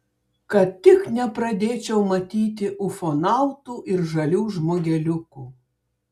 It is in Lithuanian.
kad tik nepradėčiau matyti ufonautų ir žalių žmogeliukų